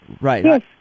Right